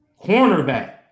Cornerback